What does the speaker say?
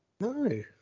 No